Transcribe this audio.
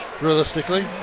realistically